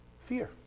Fear